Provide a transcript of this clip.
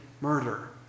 murder